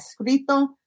Escrito